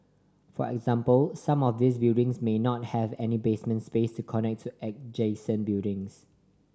for example some of these buildings may not have any basement space to connect to adjacent buildings